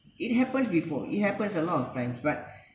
it happens before it happens a lot of times but